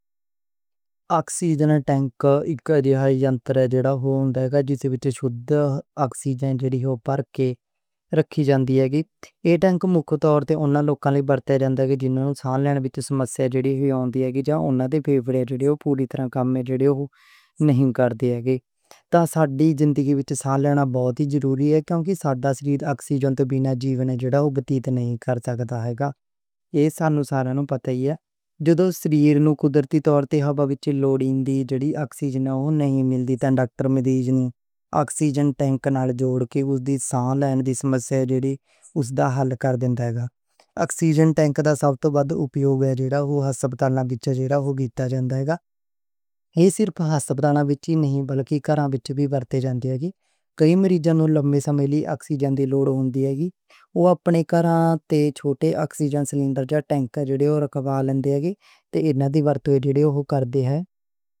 Oxygen tank اک سلنڈر ہوندا اے جس وچ خالص آکسیجن بھر کے رکھی جاندی اے۔ ایہ ٹینک مکّھ طور تے اوہناں لوکاں لئی ورتیا جاندا اے جنہاں نوں سانس لینے وچ مسئلہ ہوندا اے، کیونکہ اوہناں دے پھپھڑے پوری طرح کام نہیں کر دے۔ سانس لینا بہت ضروری ہوندا اے کیونکہ ساڈا شریر آکسیجن توں بنا جیون نہیں لنگ سکدا اے۔ جدو جسم نوں قدرتی طور تے ہوا وچ لوڑ والی آکسیجن نہ مِلے تے ڈاکٹراں مریض نوں آکسیجن ٹینک نال جوڑ کے لمبی سانس لینے دا مسئلہ حل کر دے نیں۔ آکسیجن ٹینک دا سب توں ودھ استعمال جان بچاؤن چ ہوندا اے۔ ایہ صرف ہسپتال وچ ہی نہیں بلکہ باہر وی ورتے جاندے نیں۔ کئی مریضاں نوں آکسیجن دی لوڑ ہوندی اے تے اوہ اپنے گھر وچ چھوٹے آکسیجن والے ٹینک منگوا لیندے نیں۔